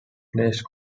placed